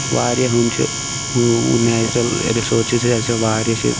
واریاہ ہُم چھِ نیچُرل رِسورسٕز چھِ اسہِ واریاہ چھِ